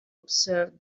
observe